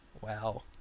Wow